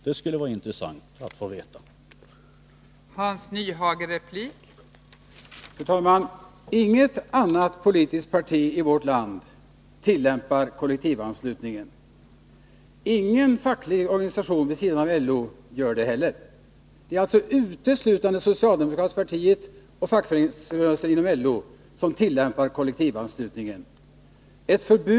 Det skulle vara intressant att få veta det.